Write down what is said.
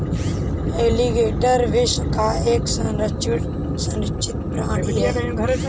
alligator विश्व का एक संरक्षित प्राणी है